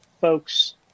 folks